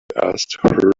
asked